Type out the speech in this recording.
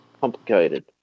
Complicated